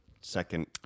second